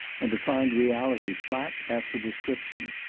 and to find reality flat after description.